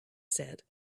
said